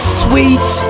sweet